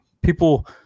People